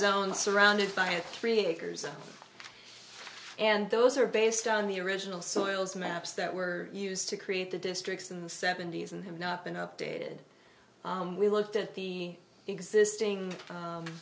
zone surrounded by three acres of and those are based on the original soils maps that were used to create the districts in the seventy's and have not been updated we looked at the existing